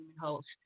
host